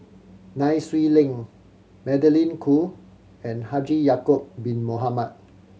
Nai Swee Leng Magdalene Khoo and Haji Ya'acob Bin Mohamed